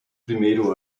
primeiro